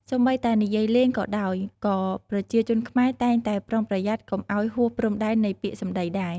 សូម្បីតែនិយាយលេងក៏ដោយ ក៏ប្រជាជនខ្មែរតែងតែប្រុងប្រយ័ត្នកុំឲ្យហួសព្រំដែននៃពាក្យសម្ដីដែរ។